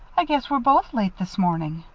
i guess we're both late this morning.